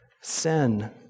sin